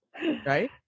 Right